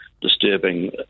disturbing